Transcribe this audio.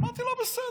אמרתי לו: בסדר.